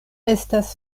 estas